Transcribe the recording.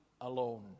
alone